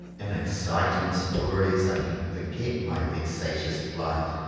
in exciting stories i can forget my vexa tious plight,